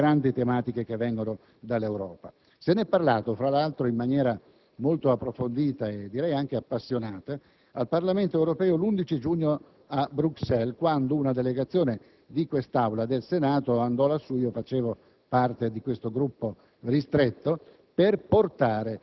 forse parte anche un po' scoraggiata di fronte alle grandi tematiche che vengono dall'Europa. Se ne è parlato, fra l'altro, in maniera molto approfondita e direi appassionata, al Parlamento europeo l'11 giugno a Bruxelles, quando una delegazione del Senato andò lassù - facevo